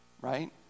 Right